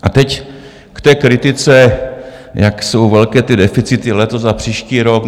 A teď k té kritice, jak jsou velké deficity letos a příští rok.